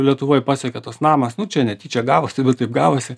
lietuvoj pasieka tas namas nu čia netyčia gavosi bet taip gavosi